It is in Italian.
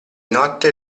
notte